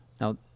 Now